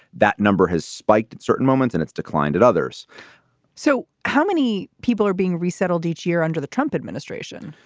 that number has spiked at certain moments and it's declined at others so how many people are being resettled each year under the trump administration?